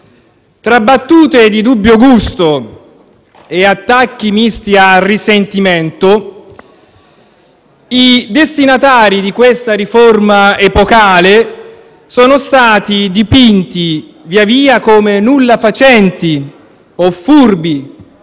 Tra battute di dubbio gusto e attacchi misti a risentimento, i destinatari di questa riforma epocale sono stati dipinti, via via, come nullafacenti, furbi